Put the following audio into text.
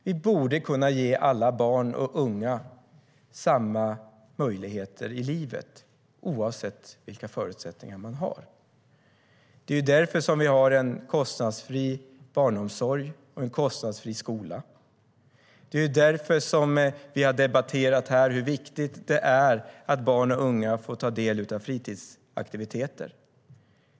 Vi borde kunna ge alla barn och unga samma möjligheter i livet, oavsett vilka förutsättningar de har. Det är därför vi har en kostnadsfri barnomsorg och en kostnadsfri skola. Det är därför som vi har debatterat hur viktigt det är att barn och unga får ta del av fritidsaktiviteter.